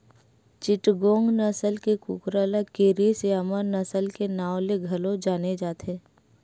चिटगोंग नसल के कुकरा ल केरी स्यामा नसल के नांव ले घलो जाने जाथे